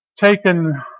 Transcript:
taken